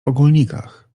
ogólnikach